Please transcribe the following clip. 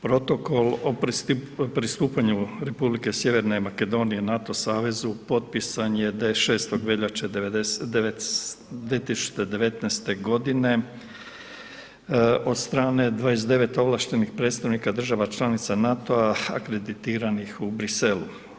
Protokol o pristupanju Republike Sjeverne Makedonije NATO savezu potpisan je … veljače 2019. godine od strane 29 ovlaštenih predstavnika države članice NATO-a akreditiranih u Bruxellesu.